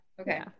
Okay